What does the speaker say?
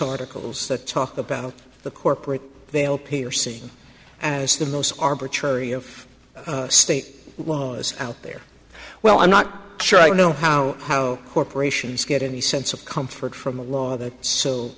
articles that talk about the corporate veil piercing as the most arbitrary of state was out there well i'm not sure i know how how corporations get in the sense of comfort from a law